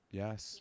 yes